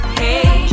hey